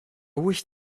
wish